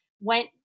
went